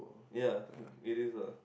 ya it is a